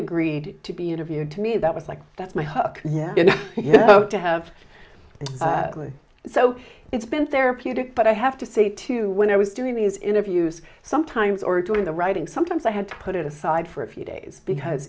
agreed to be interviewed to me that was like that's my hook to have and so it's been therapeutic but i have to say too when i was doing these interviews sometimes or doing the writing sometimes i had to put it aside for a few days because